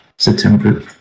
September